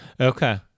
Okay